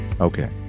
okay